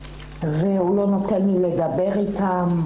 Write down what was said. הוא לא נותן לי לדבר איתם.